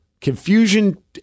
confusion